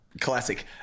classic